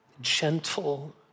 gentle